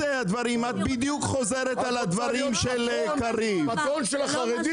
את רוצה להיות פטרונית של החרדים?